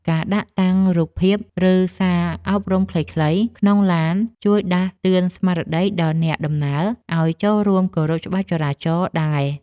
ការដាក់តាំងរូបភាព ឬសារអប់រំខ្លីៗក្នុងឡានជួយដាស់តឿនស្មារតីដល់អ្នកដំណើរឱ្យចូលរួមគោរពច្បាប់ចរាចរណ៍ដែរ។